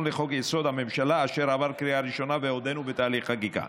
לחוק-יסוד: הממשלה אשר עבר בקריאה ראשונה ועודנו בתהליך חקיקה.